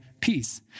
peace